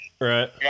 Right